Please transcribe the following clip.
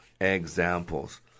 examples